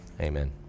Amen